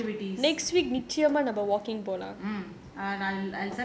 we should do some activities